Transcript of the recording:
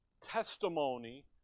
testimony